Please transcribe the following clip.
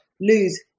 lose